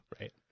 Right